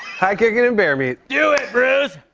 high kickin' and bear meat. do it, bruce!